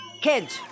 Kids